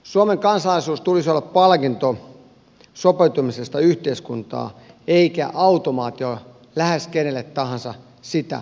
suomen kansalaisuuden tulisi olla palkinto sopeutumisesta yhteiskuntaan eikä automaatio lähes kenelle tahansa sitä hakevalle